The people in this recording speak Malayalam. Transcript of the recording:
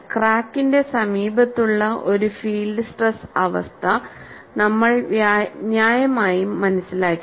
ക്രാക്കിന്റെ സമീപത്തുള്ള ഫീൽഡ് സ്ട്രെസ് അവസ്ഥ നമ്മൾ ന്യായമായും മനസ്സിലാക്കി